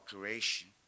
creation